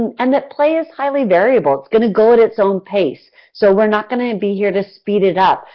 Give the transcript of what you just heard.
and and that play is highly variable, it's going to go at its own pace so we're not going to and be here to speed it up,